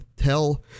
Tell